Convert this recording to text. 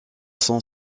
son